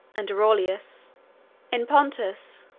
and aureolus in pontus,